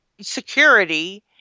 Security